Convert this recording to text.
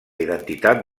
identitat